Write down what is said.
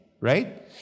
Right